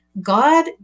God